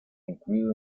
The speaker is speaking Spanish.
incluido